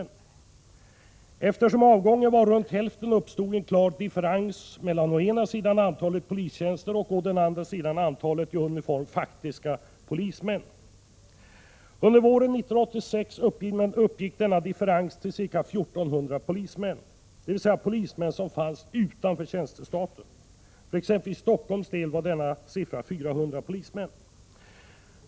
Eftersom avgången var runt hälften uppstod en klar differens mellan å ena sidan antalet polistjänster och å andra sidan antalet i uniform faktisk befintliga polismän. Under våren 1986 uppgick denna differens till ca 1 400 polismän, dvs. polismän som fanns utanför tjänstestaten. För exempelvis Stockholms del var denna siffra 400 polismän.